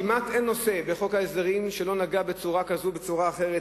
כמעט אין נושא בחוק ההסדרים שלא נגע בצורה כזו או בצורה אחרת,